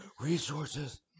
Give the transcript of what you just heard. resources